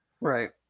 Right